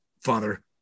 father